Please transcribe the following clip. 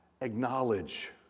Acknowledge